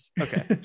Okay